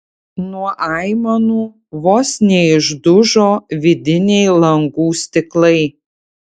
nuo aimanų vos neišdužo vidiniai langų stiklai